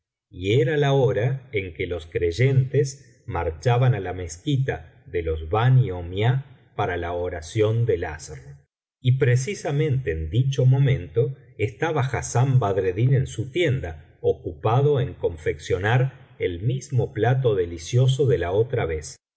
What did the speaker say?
y era la hora en que los creyentes marchaban á la mezquita de los bani ommiah para la oración del asr y precisamente en dicho momento estaba hassán badreddin en su tienda ocupado en confeccionar el mismo plato delicioso de la otra vez